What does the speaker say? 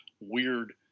weird